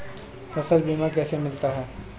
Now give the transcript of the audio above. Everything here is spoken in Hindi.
फसल बीमा कैसे मिलता है?